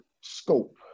scope